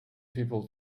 people